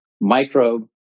microbe